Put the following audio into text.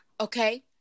Okay